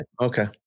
okay